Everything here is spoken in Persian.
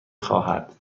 خواهد